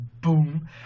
boom